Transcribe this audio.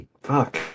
fuck